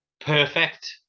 perfect